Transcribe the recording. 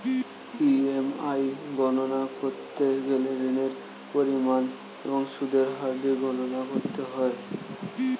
EMI গণনা করতে গেলে ঋণের পরিমাণ এবং সুদের হার দিয়ে গণনা করতে হয়